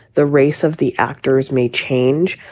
the race of the actors may change.